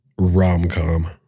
rom-com